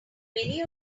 many